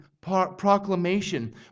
proclamation